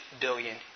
billion